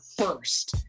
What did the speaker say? first